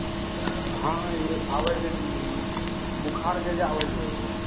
हँ आबय छै जे ई बोखरके जे आबय छै जे एगो